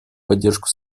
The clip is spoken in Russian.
поддержку